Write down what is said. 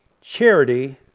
charity